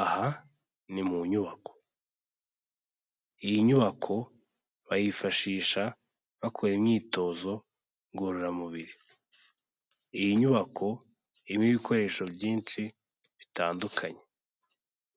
Aha ni mu nyubako. Iyi nyubako bayifashisha bakora imyitozo ngororamubiri. Iyi nyubako irimo ibikoresho byinshi bitandukanye.